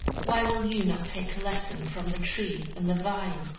why will you not take a lesson from the tree and the vine,